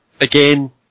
again